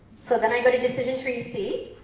so then i go to decision tree c